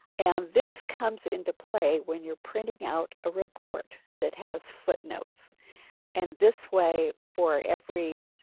and this comes into play when you're printing out a report that has footnotes and this way for every